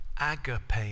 agape